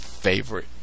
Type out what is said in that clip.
Favorite